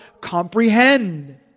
comprehend